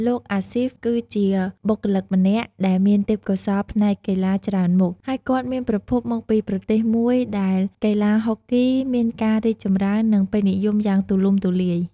លោកអាស៊ីហ្វ គឺជាបុគ្គលម្នាក់ដែលមានទេពកោសល្យផ្នែកកីឡាច្រើនមុខ ហើយគាត់មានប្រភពមកពីប្រទេសមួយដែលកីឡាហុកគីមានការរីកចម្រើន និងពេញនិយមយ៉ាងទូលំទូលាយ។